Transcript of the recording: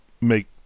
make